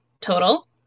total